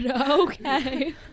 okay